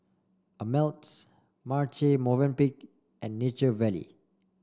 Ameltz Marche Movenpick and Nature Valley